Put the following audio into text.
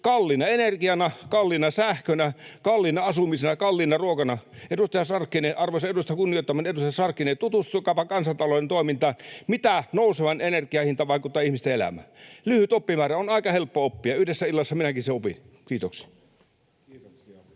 kalliina energiana, kalliina sähkönä, kalliina asumisena ja kalliina ruokana. Arvoisa, kunnioittamani edustaja Sarkkinen, tutustukaapa kansantalouden toimintaan, mitä nouseva energian hinta vaikuttaa ihmisten elämään. Lyhyt oppimäärä on aika helppo oppia. Yhdessä illassa minäkin sen opin. — Kiitoksia.